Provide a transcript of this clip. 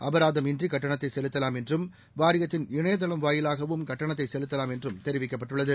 அபராதம் இன்றி கட்டணத்தை செலுத்தலாம் என்றும் வாரியத்தின் இணையதளம் வாயிலாகவும் கட்டணத்தை செலுத்தலாம் என்றும் தெரிவிக்கப்பட்டுள்ளது